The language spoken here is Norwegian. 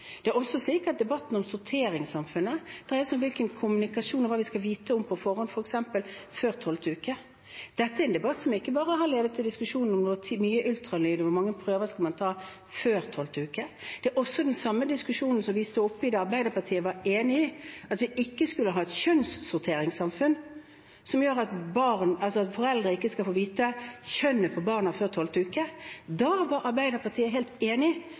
Det er også slik at debatten om sorteringssamfunnet dreier seg om kommunikasjon og hva vi skal vite om på forhånd, f.eks. før tolvte uke. Dette er en debatt som ikke bare har ledet til diskusjon om hvor mye ultralyd og hvor mange prøver man skal ta før tolvte uke. Det er den samme diskusjonen som vi sto oppe i da Arbeiderpartiet var enig i at vi ikke skulle ha et kjønnssorteringssamfunn som gjør at foreldre ikke skal få vite kjønnet på barna før tolvte uke. Da var Arbeiderpartiet helt enig